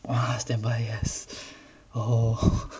!wah! standby yes !whoa!